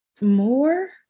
More